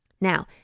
Now